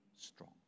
strong